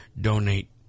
donate